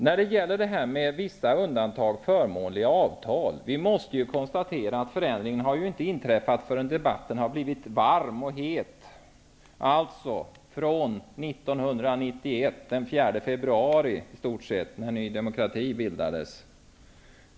När det gäller vissa undantag och förmånliga avtal har ju inte förändringen inträffat förrän debatten blev het, dvs. den 4 februari 1991, när Ny demokrati bildades.